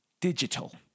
digital